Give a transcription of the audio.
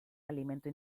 alimento